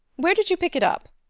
where did you pick it up?